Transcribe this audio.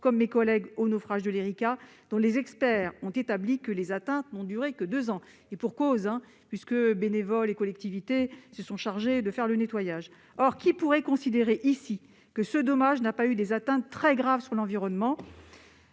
comme mes collègues, au naufrage de l', dont les experts ont établi que les atteintes n'avaient duré que deux ans, et pour cause : bénévoles et collectivités se sont chargés de faire le nettoyage. Or qui pourrait considérer ici que ce naufrage n'a pas eu des atteintes très graves sur l'environnement ?